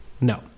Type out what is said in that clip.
No